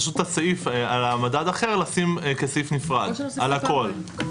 פשוט את הסעיף על מדד אחר לשים כסעיף נפרד ,על הכול.